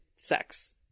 sex